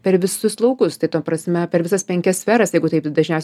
per visus laukus tai ta prasme per visas penkias sferas jeigu taip dažniausiai